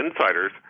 insiders